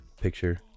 picture